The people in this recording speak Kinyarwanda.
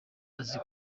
azi